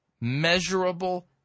measurable